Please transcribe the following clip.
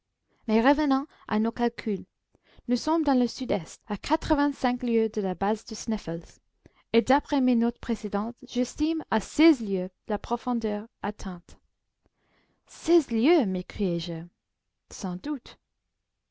mais revenons à nos calculs nous sommes dans le sud-est à quatre-vingt-cinq lieues de la base du sneffels et d'après mes notes précédentes j'estime à seize lieues la profondeur atteinte seize lieues m'écriai-je sans doute